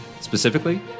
Specifically